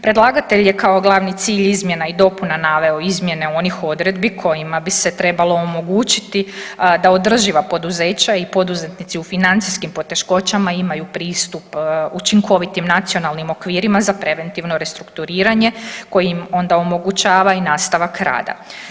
Predlagatelj je kao glavni cilj izmjena i dopuna naveo izmjene onih odredbi kojima bi se trebalo omogućiti da održiva poduzeća i poduzetnici u financijskim poteškoćama imaju pristup učinkovitim nacionalnim okvirima za preventivno restrukturiranje koje im onda omogućava i nastavak rada.